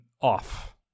off